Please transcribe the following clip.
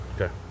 Okay